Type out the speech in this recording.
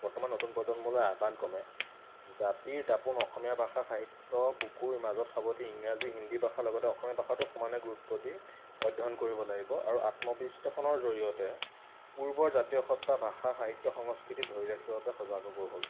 বৰ্তমান নতুন প্ৰজন্মলৈ আহ্বান ক্ৰমে জাতিৰ দাপোন অসমীয়া ভাষা সাহিত্য বুকুৰ মাজত সাৱতি ইংৰাজী হিন্দী ভাষাৰ লগতে অসমীয়া ভাষাটো সমানে গুৰুত্ব দি অধ্যয়ন কৰিব লাগিব আৰু আত্মবিশ্লেষণৰ জৰিয়তে পূৰ্বৰজাতীয় সত্বা ভাষা সাহিত্য সংস্কৃতি ধৰি ৰাখিব বাবে সজাগ হ'বৰ হ'ল